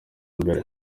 mbere